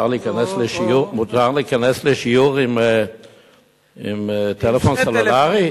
מותר להיכנס לשיעור עם טלפון סלולרי?